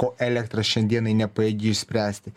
ko elektra šiandienai nepajėgi išspręsti